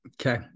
Okay